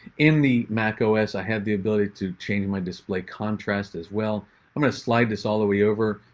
in the mac ah os, i have the ability to change my display contrast as well. i'm going to slide this all the way over.